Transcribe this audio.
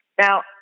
Now